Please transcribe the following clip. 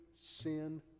sin